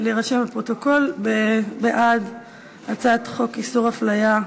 אפשר להוסיף לפרוטוקול את ההצבעה שלי?